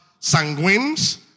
sanguines